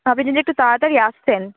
আপনে যদি একটু তাড়াতাড়ি আসতেন